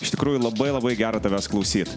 iš tikrųjų labai labai gera tavęs klausyt